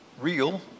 real